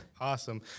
Awesome